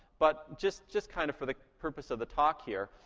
but just just kind of for the purpose of the talk here,